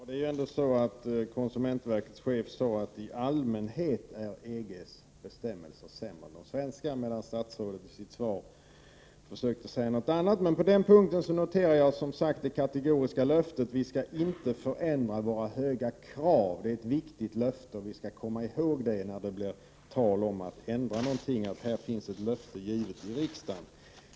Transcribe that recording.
Herr talman! Konsumentverkets chef sade att EG:s bestämmelser i allmänhet är sämre än de svenska, medan statsrådet i sitt svar försökte att säga något annat. Men på den punkten noterar jag som sagt det kategoriska löftet: Vi skall inte förändra våra höga krav. Det är ett viktigt löfte, och vi skall komma ihåg detta när det blir tal om att ändra någonting. Här finns ett löfte givet i riksdagen.